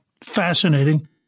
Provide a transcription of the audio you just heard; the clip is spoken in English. fascinating